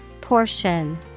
Portion